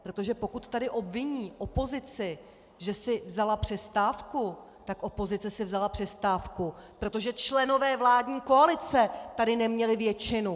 Protože pokud tady obviní opozici, že si vzala přestávku, tak opozice si vzala přestávku, protože členové vládní koalice tady neměli většinu!